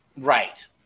Right